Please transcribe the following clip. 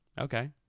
okay